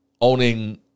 Owning